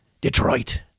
Detroit